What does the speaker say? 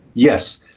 yes.